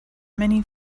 many